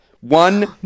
One